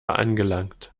angelangt